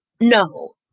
No